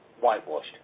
whitewashed